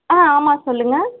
ஆ ஆமாம் சொல்லுங்கள்